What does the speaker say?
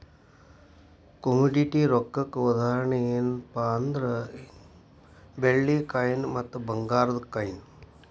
commodity ರೊಕ್ಕಕ್ಕ ಉದಾಹರಣಿ ಯೆನ್ಪಾ ಅಂದ್ರ ಬೆಳ್ಳಿ ಕಾಯಿನ್ ಮತ್ತ ಭಂಗಾರದ್ ಕಾಯಿನ್